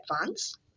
advance